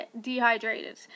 dehydrated